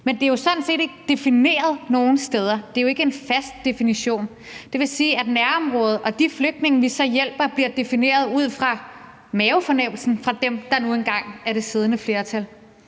men det er jo sådan set ikke defineret nogen steder. Der er jo ikke en fast definition. Det vil sige, at begrebet nærområde og de flygtninge, vi så hjælper, bliver defineret ud fra mavefornemmelsen hos dem, der nu engang er det siddende flertal.